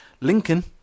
Lincoln